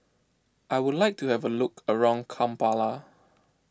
I would like to have a look around Kampala